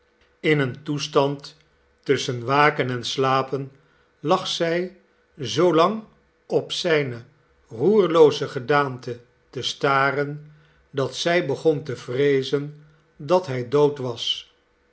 in een toestand tusschen waken en slapen lag zij zoolang op zijne roerlooze gedaante te staren dat zij begon te vreezen dat hij dood was